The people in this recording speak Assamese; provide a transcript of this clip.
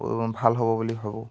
ভাল হ'ব বুলি ভাবোঁ